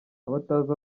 abatazi